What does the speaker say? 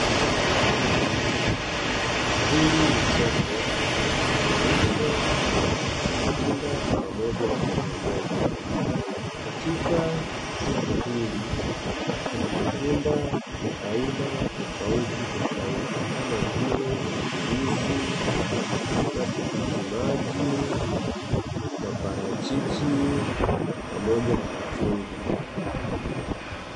Hili ni soko linalouzwa matunda pamoja na mbogamboga, katika soko hili kuna matunda ya aina tofautitofauti kama vile; ndizi, matikiti maji, maparachichi pamoja na machungwa.